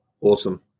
awesome